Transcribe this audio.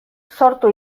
sortu